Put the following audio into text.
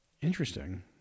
Interesting